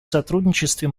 сотрудничестве